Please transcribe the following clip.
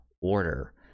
Order